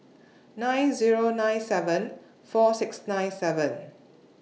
nine Zero nine seven four six nine seven